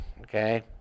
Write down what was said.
okay